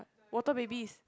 water babies